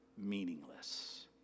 meaningless